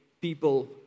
people